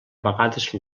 vegades